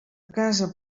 casa